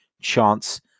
chance